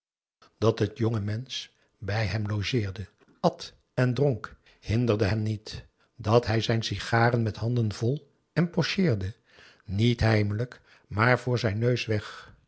dat het jonge mensch bij hem logeerde at en dronk hinderde hem niet dat hij zijn sigaren met handen vol empocheerde niet heimelijk maar voor zijn neus weg